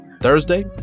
Thursday